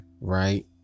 right